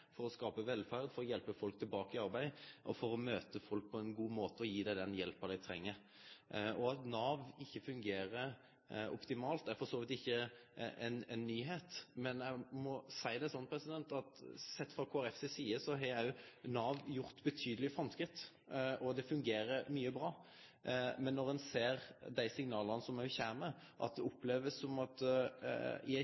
for å skape velferd, for å hjelpe folk tilbake i arbeid og for å møte folk på ein god måte og gi dei den hjelpa dei treng. At Nav ikkje fungerer optimalt, er for så vidt ikkje ei nyheit. Men eg må seie det sånn at sett frå Kristeleg Folkeparti si side har Nav gjort betydelege framskritt, og mykje fungerer bra. Men når ein ser dei signala som no kjem, blir det